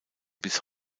bis